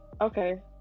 Okay